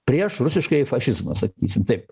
prieš rusiškąjį fašizmą sakysim taip